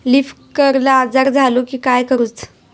Leaf curl आजार झालो की काय करूच?